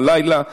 בלילה,